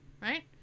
right